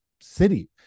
city